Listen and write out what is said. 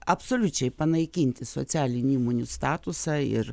absoliučiai panaikinti socialinį įmonių statusą ir